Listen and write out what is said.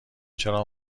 چرا